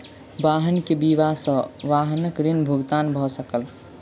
वाहन के बीमा सॅ वाहनक ऋण भुगतान भ सकल